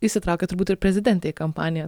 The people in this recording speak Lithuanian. įsitraukė turbūt ir prezidentė į kampaniją